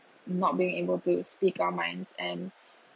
not being able to speak our minds and